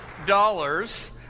dollars